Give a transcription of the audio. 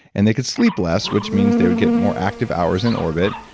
and they could sleep less, which means they would get more active hours in orbit,